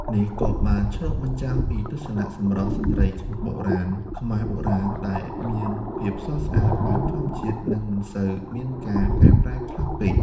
នេះក៏បានឆ្លុះបញ្ចាំងពីទស្សនៈសម្រស់ស្រ្តីខ្មែរបុរាណដែលមានភាពស្រស់ស្អាតបែបធម្មជាតិ និងមិនសូវមានការកែប្រែខ្លាំងពេក។